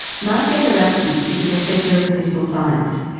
mark gasiorowski is a professor of political science,